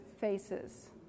faces